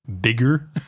bigger